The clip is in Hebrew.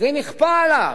זה נכפה עליו,